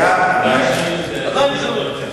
אני לא רוצה כל כך להשתמש בדוגמה הזאת,